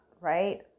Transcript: right